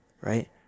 right